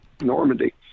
Normandy